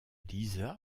lisa